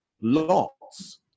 Lots